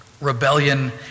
rebellion